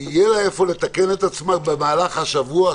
יהיה לה איפה לתקן את עצמה במהלך השבוע,